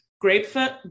grapefruit